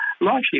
largely